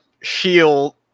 shield